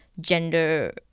gender